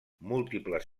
múltiples